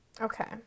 okay